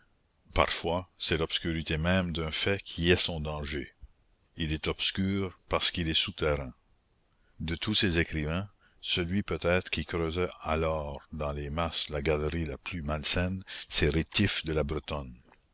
parfois c'est l'obscurité même d'un fait qui est son danger il est obscur parce qu'il est souterrain de tous ces écrivains celui peut-être qui creusa alors dans les masses la galerie la plus malsaine c'est restif de la bretonne